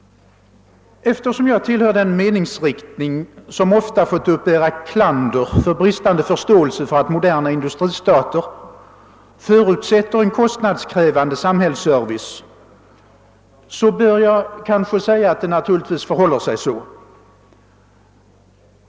Eftersom jag tillhör en meningsriktning som ofta fått uppbära klander för bristande förståelse för att moderna industristater förutsätter en kostnadskrävande samhällsservice, bör jag kanske säga att det naturligtvis förhåller sig så.